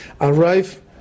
arrive